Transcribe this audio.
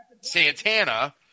Santana